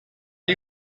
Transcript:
you